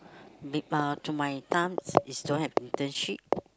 uh to my time is is don't have internship